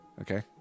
Okay